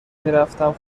میرفتم